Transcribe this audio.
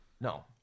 no